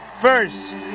first